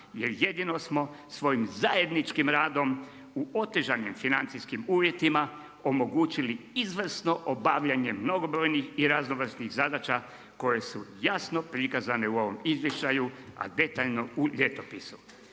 jer jedino smo svojim zajedničkim radom u otežanim financijskim uvjetima omogućili izvrsno obavljanje mnogobrojnih i raznovrsnih zadaća koje su jasno prikazane u ovom izvještaju, a detaljno u Ljetopisu.